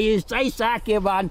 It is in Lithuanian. jisai sakė man